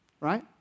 right